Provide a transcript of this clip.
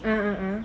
(uh huh)